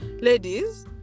ladies